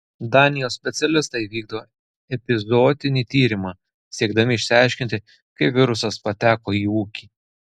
danijos specialistai vykdo epizootinį tyrimą siekdami išsiaiškinti kaip virusas pateko į ūkį